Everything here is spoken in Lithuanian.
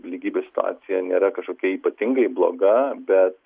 lygybės situacija nėra kažkokia ypatingai bloga bet